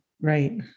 Right